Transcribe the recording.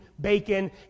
bacon